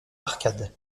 arcades